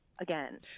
again